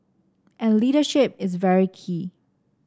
and leadership is very key